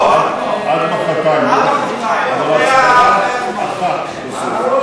34, כהצעת הוועדה, נתקבל.